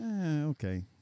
Okay